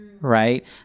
right